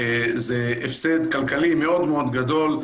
זה הפסד כלכלי מאוד מאוד גדול.